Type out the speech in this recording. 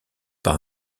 par